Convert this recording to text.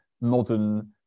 modern